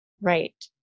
Right